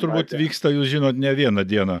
turbūt vyksta jūs žinot ne vieną dieną